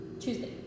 Tuesday